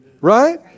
Right